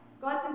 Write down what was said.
God's